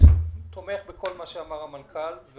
תומך בכל מה שאמר מנכ"ל משרד הבריאות,